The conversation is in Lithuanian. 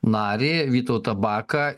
narį vytautą baką